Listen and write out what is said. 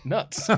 Nuts